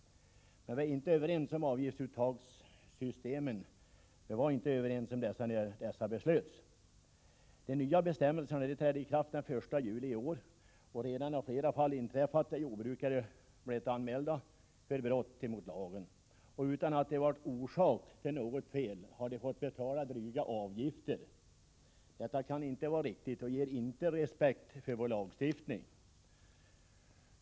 Men vi var inte överens om avgiftsuttagssystemen när dessa beslöts. De nya bestämmelserna trädde i kraft den 1 juli i år. Redan har flera fall inträffat där jordbrukare blivit anmälda för brott mot lagen, och utan att de varit orsak till något fel har de fått betala dryga avgifter. Detta kan inte vara riktigt och ger inte respekt för vår lagstiftning.